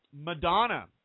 Madonna